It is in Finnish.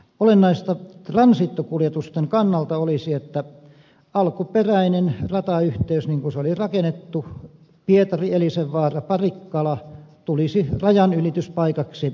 olennaista transitokuljetusten kannalta olisi että alkuperäinen ratayhteys niin kuin se oli rakennettu pietarielisenvaaraparikkala tulisi rajanylityspaikaksi rautateille